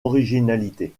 originalité